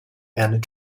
and